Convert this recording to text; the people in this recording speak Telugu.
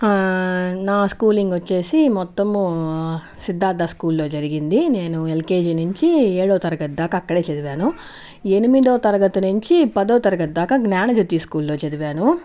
నా స్కూలింగ్ వచ్చేసి మొత్తం సిద్ధార్థ స్కూల్లో జరిగింది నేను ఎల్కీజీ నుంచి ఏడవ తరగతి దాక అక్కడే చదివాను ఎనిమిదవ తరగతి నుంచి పదవ తరగతి దాకా జ్ఞానదత్తి స్కూల్లో చదివాను